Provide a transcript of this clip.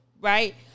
right